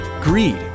greed